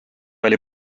oli